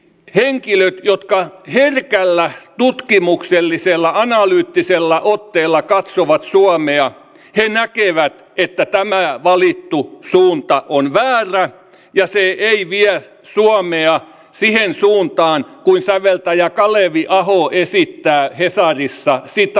eli henkilöt jotka herkällä tutkimuksellisella analyyttisella otteella katsovat suomea näkevät että tämä valittu suunta on väärä ja se ei vie suomea siihen suuntaan kuin säveltäjä kalevi aho esittää hesarissa